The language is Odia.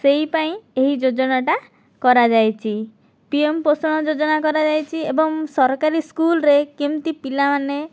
ସେହି ପାଇଁ ଏହି ଯୋଜନାଟା କରାଯାଇଛି ପିଏମ୍ ପୋଷଣ ଯୋଜନା କରାଯାଇଛି ଏବଂ ସରକାରୀ ସ୍କୁଲ୍ରେ କେମିତି ପିଲାମାନେ